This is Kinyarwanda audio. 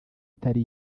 itari